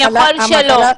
והוא גם יכול שלא.